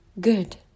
Good